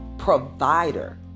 provider